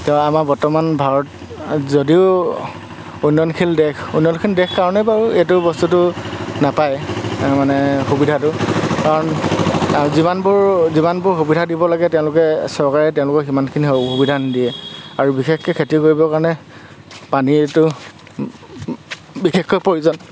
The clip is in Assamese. তেওঁ আমাৰ বৰ্তমান ভাৰত যদিও উন্নয়নশীল দেশ কাৰণেই বাৰু এইটো বস্তুটো নাপায় মানে সুবিধাটো কাৰণ যিমানবোৰ যিমানবোৰ সুবিধা দিব লাগে তেওঁলোকে চৰকাৰে তেওঁলোকক সিমানখিনি সুবিধা দিয়ে আৰু বিশেষকৈ খেতি কৰিবৰ কাৰণে পানীৰটো বিশেষকৈ প্ৰয়োজন